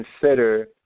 consider